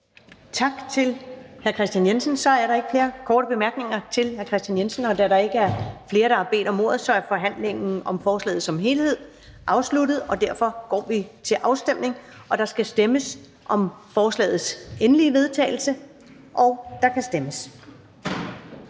Tak til hr. Kristian Jensen. Der er ikke flere korte bemærkninger til hr. Kristian Jensen. Da der ikke er flere, der har bedt om ordet, er forhandlingen om forslaget som helhed afsluttet, og derfor går vi til afstemning. Kl. 16:05 Afstemning Første næstformand (Karen Ellemann): Der skal stemmes